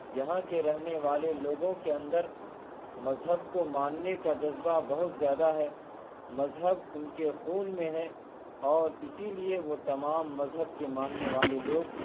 یہاں کے رہنے والے لوگوں کے اندر مذہب کو ماننے کا جذبہ بہت زیادہ ہے مذہب ان کے خون میں ہے اور اسی لیے وہ تمام مذہب کے ماننے والے لوگ